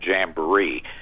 Jamboree